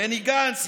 בני גנץ,